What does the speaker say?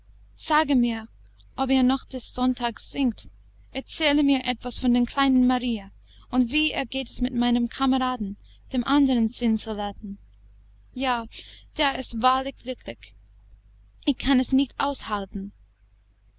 sage mir ob ihr noch des sonntags singt erzähle mir etwas von der kleinen maria und wie ergeht es meinem kameraden dem andern zinnsoldaten ja der ist wahrlich glücklich ich kann es nicht aushalten